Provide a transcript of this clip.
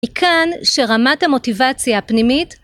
מכאן שרמת המוטיבציה הפנימית